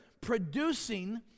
producing